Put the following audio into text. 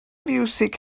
fiwsig